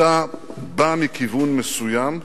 אתה בא מכיוון מסוים,